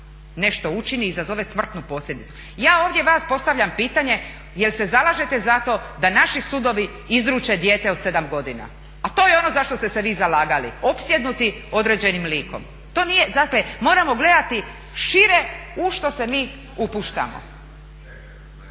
nešto učini i izazove smrtnu posljedicu, ja ovdje vama postavljam pitanje je li se zalažete za to da naši sudovi izruče dijete od 7 godina, a to je ono za što ste se vi zalagali opsjednuti određenim likom. Dakle moramo gledati šire u što se mi upuštamo.